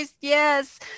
yes